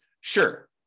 Sure